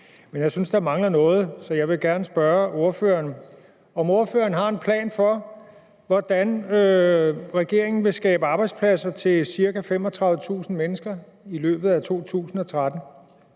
Men jeg synes, der mangler noget, så jeg vil gerne spørge ordføreren, om ordføreren har en plan for, hvordan regeringen vil skabe arbejdspladser til ca. 35.000 mennesker i løbet af 2013.